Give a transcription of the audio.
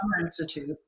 Institute